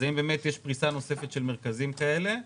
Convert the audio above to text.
האם יש פריסה נוספת של מרכזים כאלה?